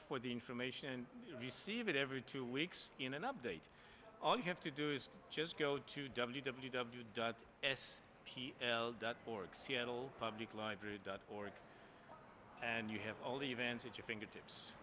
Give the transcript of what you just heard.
for the information and receive it every two weeks in an update all you have to do is just go to w w w dot s p l dot org seattle public library dot org and you have all the events at your finger